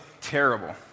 terrible